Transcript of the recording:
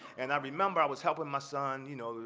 and i remember i was helping my son, you know,